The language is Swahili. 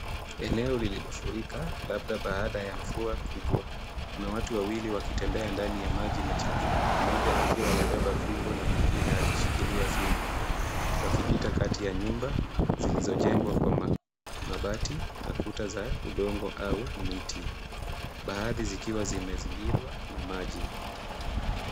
Eneo lilifurika labda baada ya mvua kubwa. Kuna watu wawili wakitembea ndani ya maji machafu moja akiwa amebeba fimbo na mwingine akishikilia fimbo wakipita kati ya nyumba zilizojengwa Kwa mabati na kuta za udongo au miti baadhi zikiwa zimezingirwa na maji.